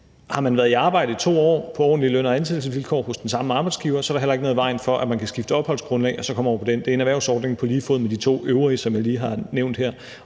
Har man været i arbejde i 2 år på ordentlige løn- og ansættelsesvilkår hos den samme arbejdsgiver, er der heller ikke noget i vejen for, at man kan skifte opholdsgrundlag og komme over på den ordning. Det er en erhvervsordning på lige fod med de to øvrige, som jeg lige har nævnt.